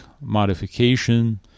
modification